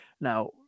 Now